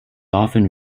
often